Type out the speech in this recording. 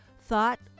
thought